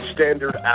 Standard